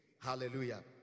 Hallelujah